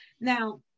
Now